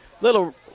Little